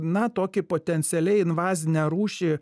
na tokį potencialiai invazinę rūšį